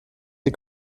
die